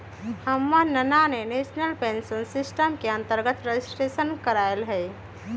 हमर नना ने नेशनल पेंशन सिस्टम के अंतर्गत रजिस्ट्रेशन करायल हइ